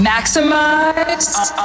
Maximized